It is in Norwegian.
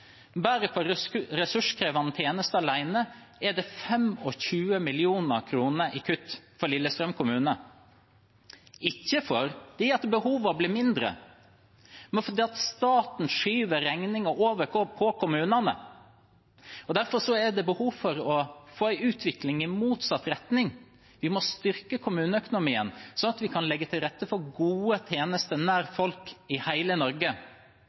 Bare på ressurskrevende tjenester alene er det 25 mill. kr i kutt for Lillestrøm kommune. Ikke fordi behovene blir mindre, men fordi staten skyver regningen over på kommunene. Derfor er det behov for å få en utvikling i motsatt retning: Vi må styrke kommuneøkonomien, slik at vi kan legge til rette for gode tjenester nær folk i hele Norge.